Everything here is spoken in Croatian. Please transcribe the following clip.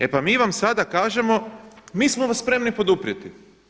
E pa mi vam sada kažemo, mi smo vas spremni poduprijeti.